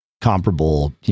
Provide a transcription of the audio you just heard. comparable